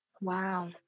Wow